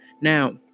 Now